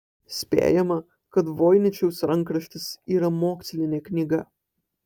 spėjama kad voiničiaus rankraštis yra mokslinė knyga